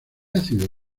ácido